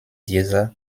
dieser